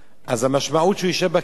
המשמעות היא שהוא ישב בכלא.